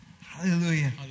Hallelujah